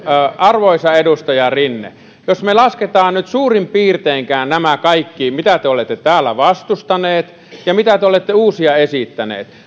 arvoisa edustaja rinne jos me laskemme nyt suurin piirteinkään nämä kaikki mitä te olette täällä vastustaneet ja mitä te olette uusia esittäneet niin